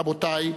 רבותי,